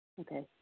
Okay